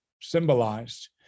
symbolized